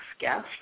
guest